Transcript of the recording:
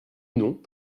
non